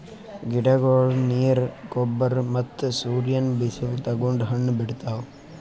ಗಿಡಗೊಳ್ ನೀರ್, ಗೊಬ್ಬರ್ ಮತ್ತ್ ಸೂರ್ಯನ್ ಬಿಸಿಲ್ ತಗೊಂಡ್ ಹಣ್ಣ್ ಬಿಡ್ತಾವ್